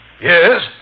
Yes